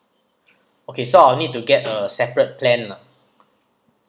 okay so I will need to get a separate plan lah